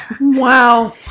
wow